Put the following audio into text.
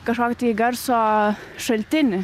kažkokį tai garso šaltinį